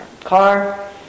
car